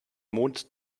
mond